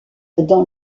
dans